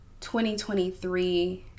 2023